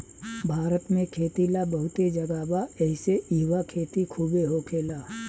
भारत में खेती ला बहुते जगह बा एहिसे इहवा खेती खुबे होखेला